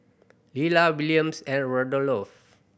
Lella Williams and Rudolph